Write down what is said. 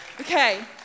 Okay